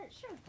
Sure